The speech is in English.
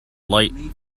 light